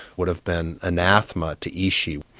would have been anathema to ishi.